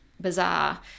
bizarre